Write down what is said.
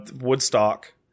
Woodstock